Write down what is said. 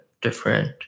different